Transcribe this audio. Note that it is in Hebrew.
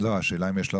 סעיף 1